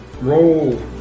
Roll